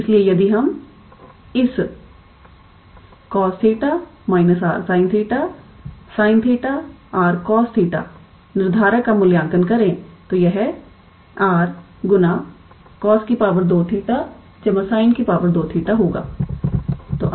इसलिए यदि हम इस निर्धारक का मूल्यांकन करें तो यह 𝑟𝑐𝑜𝑠2𝜃 𝑠𝑖𝑛2𝜃 होगा